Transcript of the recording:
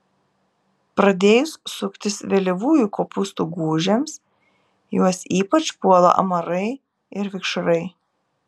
pradėjus suktis vėlyvųjų kopūstų gūžėms juos ypač puola amarai ir vikšrai